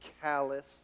callous